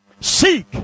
Seek